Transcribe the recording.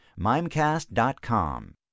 Mimecast.com